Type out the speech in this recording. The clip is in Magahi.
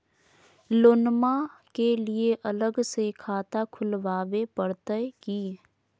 लोनमा के लिए अलग से खाता खुवाबे प्रतय की?